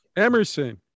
Emerson